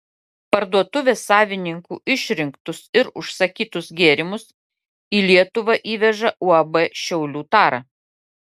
parduotuvės savininkų išrinktus ir užsakytus gėrimus į lietuvą įveža uab šiaulių tara